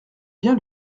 bien